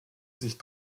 sich